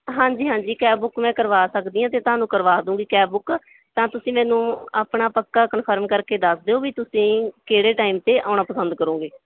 ਹਾਂਜੀ ਹਾਂਜੀ cab book ਮੈਂ ਕਰਵਾ ਸਕਦੀ ਹਾਂ ਅਤੇ ਤੁਹਾਨੂੰ ਕਰਵਾ ਦੇਵਾਂਗੀ ਕੈਬ ਬੁੱਕ ਤਾਂ ਤੁਸੀਂ ਮੈਨੂੰ ਆਪਣਾ ਪੱਕਾ ਕਨਫਰਮ ਕਰਕੇ ਦੱਸ ਦਿਓ ਵੀ ਤੁਸੀਂ ਕਿਹੜੇ ਟਾਈਮ 'ਤੇ ਆਉਣਾ ਪਸੰਦ ਕਰੋਗੇ